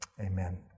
Amen